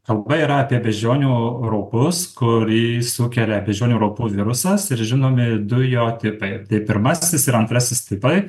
kalba yra apie beždžionių raupus kurį sukelia beždžionių raupų virusas ir žinomi du jo tipai tai pirmasis ir antrasis tipai